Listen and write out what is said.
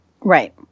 Right